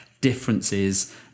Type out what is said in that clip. differences